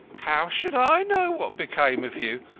how should i know what became of you?